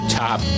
top